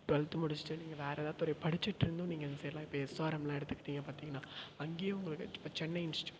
twelfth முடிச்சுட்டு நீங்கள் வேறு ஏதோ துறை படிச்சுட்ருந்தும் நீங்கள் வந்து சேரலாம் இப்போ எஸ்ஆர்எம்லாம் எடுத்துக்கிட்டீங்க பார்த்தீங்கன்னா அங்கேயே உங்களுக்கு இப்போ சென்னை இன்ஸ்டியூட்